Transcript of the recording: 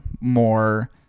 more